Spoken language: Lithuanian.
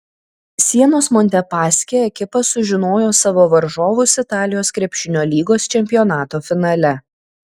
sienos montepaschi ekipa sužinojo savo varžovus italijos krepšinio lygos čempionato finale